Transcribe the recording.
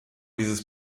dieses